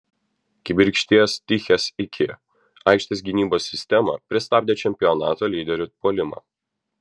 kibirkšties tichės iki aikštės gynybos sistema pristabdė čempionato lyderių puolimą